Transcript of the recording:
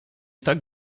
tak